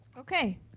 Okay